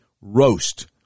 roast